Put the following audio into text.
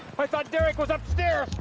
i thought derek was upstairs!